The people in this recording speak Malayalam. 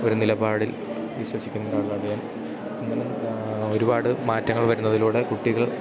ഒരു നിലപാടിൽ വിശ്വസിക്കുന്നൊരാളാണ് ഞാൻ ഒരുപാട് മാറ്റങ്ങൾ വരുന്നതിലൂടെ കുട്ടികൾ